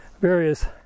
various